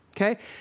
Okay